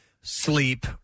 sleep